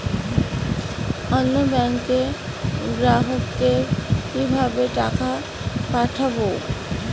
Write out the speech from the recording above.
অন্য ব্যাংকের গ্রাহককে কিভাবে টাকা পাঠাবো?